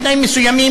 בתנאים מסוימים,